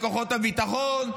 בכוחות הביטחון,